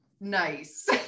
nice